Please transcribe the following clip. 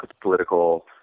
political